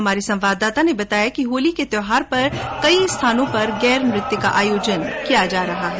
हमारे संवाददाता ने बताया कि होली के त्यौहार पर कई स्थानों पर गैर नृत्य का भी आयोजन हो रहा है